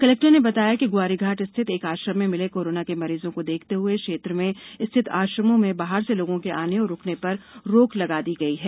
collector ने बताया कि ग्वारीघाट स्थित एक आश्रम में मिले कोरोना के मरीजों को देखते हए क्षेत्र में स्थित आश्रमों में बाहर से लोगों के आने और रुकने पर रोक लगा दी गई है